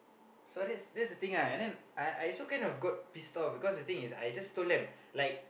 so that's that's the thing ah and then I I also kind of got pissed off because the thing is I just told them like